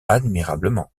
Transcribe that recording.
admirablement